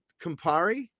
Campari